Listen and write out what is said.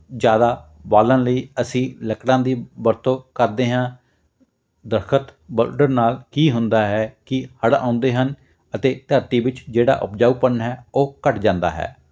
ਜ਼ਿਆਦਾ ਬਾਲਣ ਲਈ ਅਸੀਂ ਲੱਕੜਾਂ ਦੀ ਵਰਤੋਂ ਕਰਦੇ ਹਾਂ ਦਰੱਖਤ ਵੱਢਣ ਨਾਲ ਕੀ ਹੁੰਦਾ ਹੈ ਕਿ ਹੜ੍ਹ ਆਉਂਦੇ ਹਨ ਅਤੇ ਧਰਤੀ ਵਿੱਚ ਜਿਹੜਾ ਉਪਜਾਊਪਣ ਹੈ ਉਹ ਘੱਟ ਜਾਂਦਾ ਹੈ